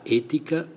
etica